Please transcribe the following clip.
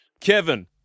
Kevin